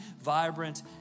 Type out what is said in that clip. vibrant